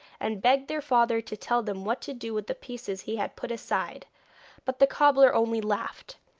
and begged their father to tell them what to do with the pieces he had put aside but the cobbler only laughed,